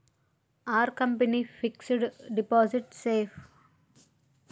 Are company fixed deposit safe?